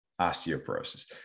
osteoporosis